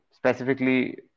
Specifically